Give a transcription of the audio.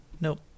nope